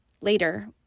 Later